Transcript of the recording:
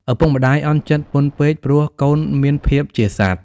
ឪពុកម្ដាយអន់ចិត្ដពន់ពេក ព្រោះកូនមានភាពជាសត្វ ។